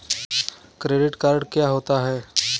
Credit card क्या होता है?